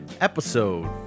episode